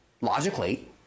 logically